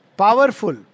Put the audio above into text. powerful